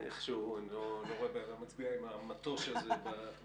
איכשהו אני לא רואה בן אדם מצביע עם המטוש הזה באף.